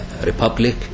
Republic